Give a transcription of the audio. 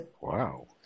Wow